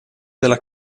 della